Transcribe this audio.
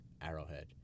Arrowhead